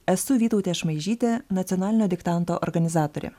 esu vytautė šmaižytė nacionalinio diktanto organizatorė